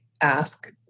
ask